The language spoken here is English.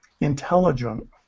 intelligent